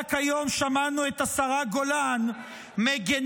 ורק היום שמענו את השרה גולן מגינה